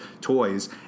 toys